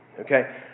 Okay